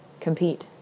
compete